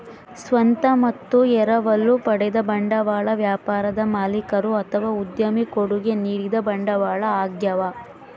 ಸ್ವಂತ ಮತ್ತು ಎರವಲು ಪಡೆದ ಬಂಡವಾಳ ವ್ಯಾಪಾರದ ಮಾಲೀಕರು ಅಥವಾ ಉದ್ಯಮಿ ಕೊಡುಗೆ ನೀಡಿದ ಬಂಡವಾಳ ಆಗ್ಯವ